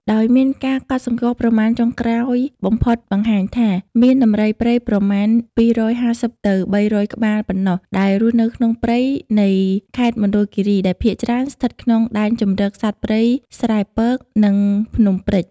ដោយមានការកត់សម្គាល់ប្រមាណចុងក្រោយបំផុតបង្ហាញថា មានដំរីព្រៃប្រមាណ ២៥០ ទៅ ៣០០ក្បាលប៉ុណ្ណោះដែលរស់នៅក្នុងព្រៃនៃខេត្តមណ្ឌលគិរី ដែលភាគច្រើនស្ថិតនៅក្នុងដែនជម្រកសត្វព្រៃស្រែពក និងភ្នំព្រេច។